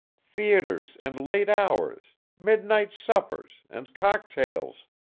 theatres and late hours, midnight suppers and cocktails.